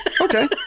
Okay